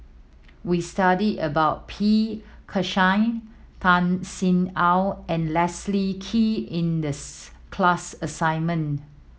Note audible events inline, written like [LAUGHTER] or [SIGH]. we studied about P Krishnan Tan Sin Aun and Leslie Kee in the [HESITATION] class assignment